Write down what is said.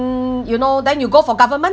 you know then you go for government